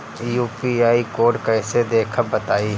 UPI code कैसे देखब बताई?